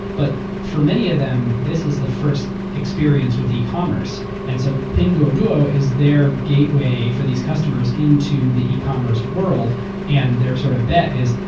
but for many of them, this is the first experience with ecommerce. and so pinduoduo is their gateway for these customers into the ecommerce world. and their sort of bet is,